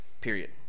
Period